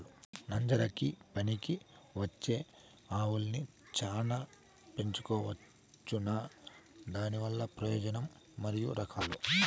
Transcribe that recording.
నంజరకి పనికివచ్చే ఆవులని చానా పెంచుకోవచ్చునా? దానివల్ల ప్రయోజనం మరియు రకాలు?